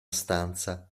stanza